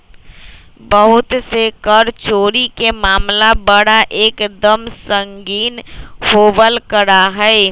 बहुत से कर चोरी के मामला बड़ा एक दम संगीन होवल करा हई